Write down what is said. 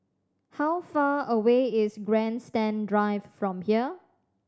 how far away is Grandstand Drive from here